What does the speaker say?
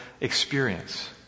experience